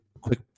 quick